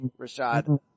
Rashad